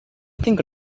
think